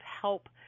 help